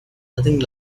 nothing